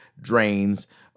drains